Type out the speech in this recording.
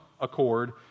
accord